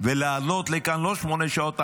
ולעלות לכאן לא שמונה שעות,